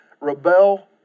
rebel